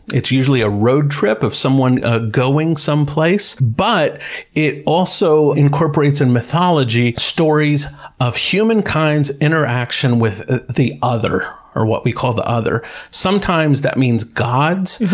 it's usually a road trip of someone going someplace, but it also incorporates, in mythology, stories of humankind's interaction with the other or what we call the other sometimes that means gods,